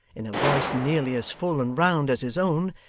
in a voice nearly as full and round as his own,